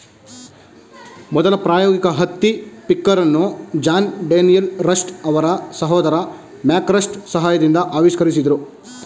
ಮೊದಲ ಪ್ರಾಯೋಗಿಕ ಹತ್ತಿ ಪಿಕ್ಕರನ್ನು ಜಾನ್ ಡೇನಿಯಲ್ ರಸ್ಟ್ ಅವರ ಸಹೋದರ ಮ್ಯಾಕ್ ರಸ್ಟ್ ಸಹಾಯದಿಂದ ಆವಿಷ್ಕರಿಸಿದ್ರು